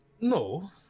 No